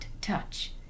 touch